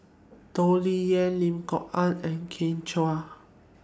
Toh Liying Lim Kok Ann and Kin Chui